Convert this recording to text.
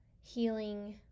healing